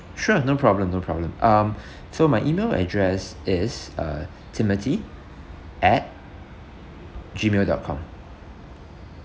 sure no problem no problem um so my email address is uh timothy at gmail dot com